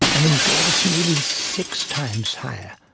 and in girls nearly six times higher,